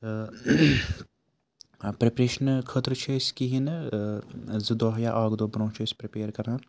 پرٛٮ۪پریشَنہٕ خٲطرٕ چھِ أسۍ کِہیٖنۍ نہٕ زٕ دۄہ یا اَکھ دۄہ بروںٛہہ چھِ أسۍ پرٛٮ۪پِیَر کَران